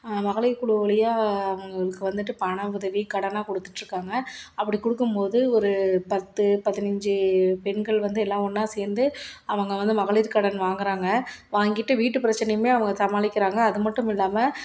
மகளிர் குழு வழியாக அவங்களுக்கு வந்துட்டு பண உதவி கடனாக கொடுத்துட்டு இருக்காங்க அப்படி கொடுக்கும் போது ஒரு பத்து பதினஞ்சு பெண்கள் வந்து எல்லாம் ஒன்றா சேர்ந்து அவங்க வந்து மகளிர் கடன் வாங்குகிறாங்க வாங்கிட்டு வீட்டு பிரச்சனையுமே அவங்க சமாளிக்கிறாங்க அது மட்டும் இல்லாமல்